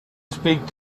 speak